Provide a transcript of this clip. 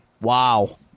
Wow